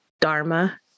Dharma